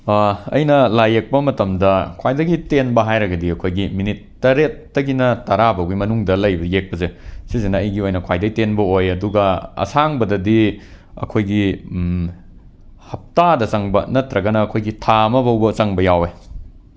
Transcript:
ꯑꯩꯅ ꯂꯥꯏ ꯌꯦꯛꯄ ꯃꯇꯝꯗ ꯈ꯭ꯋꯥꯏꯗꯒꯤ ꯇꯦꯟꯕ ꯍꯥꯏꯔꯒꯗꯤ ꯑꯩꯈꯣꯏꯒꯤ ꯃꯤꯅꯤꯠ ꯇꯔꯦꯠꯇꯒꯤꯅ ꯇꯔꯥꯐꯥꯎꯕꯒꯤ ꯃꯅꯨꯡꯗ ꯂꯩꯕ ꯌꯦꯛꯄꯁꯦ ꯁꯤꯁꯤꯅ ꯑꯩꯒꯤ ꯑꯣꯏꯅ ꯈ꯭ꯋꯥꯏꯗꯒꯤ ꯇꯦꯟꯕ ꯑꯣꯏ ꯑꯗꯨꯒ ꯑꯁꯥꯡꯕꯗꯗꯤ ꯑꯩꯈꯣꯏꯒꯤ ꯍꯞꯇꯥꯗ ꯆꯪꯕ ꯅꯠꯇ꯭ꯔꯒꯅ ꯑꯩꯈꯣꯏꯒꯤ ꯊꯥ ꯑꯃꯐꯥꯎꯕ ꯆꯪꯕ ꯌꯥꯎꯏ